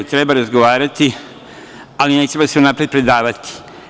Treba razgovarati, ali ne treba se unapred predavati.